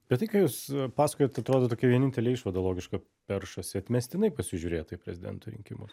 bet tai ką jūs pasakojot atrodo tokia vienintelė išvada logiška peršasi atmestinai pasižiūrėta į prezidento rinkimus